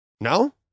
No